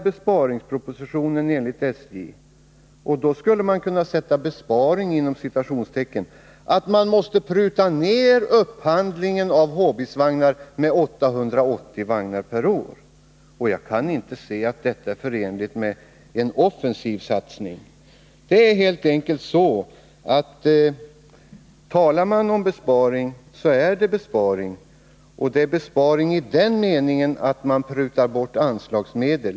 Besparingspropositionen — man skulle egentligen kunna sätta ordet besparing inom citationstecken — innebär enligt SJ att man måste pruta ner upphandlingen av Hbis-vagnar med 880 vagnar per år. Jag kan inte se att det är förenligt med en offensiv satsning. Den besparing man här talar om är en besparing i den meningen att man prutar bort anslagsmedel.